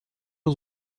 was